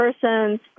person's